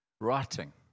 writing